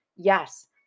Yes